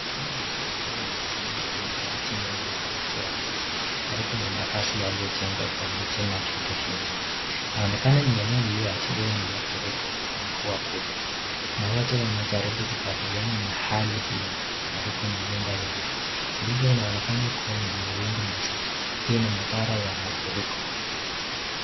Hawa ni watu wakiwa wamesimama kwenye maji wengi yaliyotwama, karibu na makazi yaliyojengwa kwa miti na vitu vingine. Inaonekana ni eneo lililoathiriwa na mafuriko na mvua kubwa na watu wanajaribu kukabiliana na hali hiyo karibu na nyumba yao ndivo inaonekana kuwa na mawingu mazito. Hii ni madhara ya mafuriko.